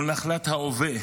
הוא נחלת ההווה.